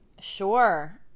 Sure